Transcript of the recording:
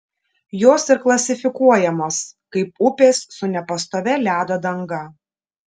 jos ir klasifikuojamos kaip upės su nepastovia ledo danga